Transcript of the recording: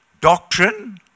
doctrine